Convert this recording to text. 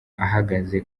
ahagaze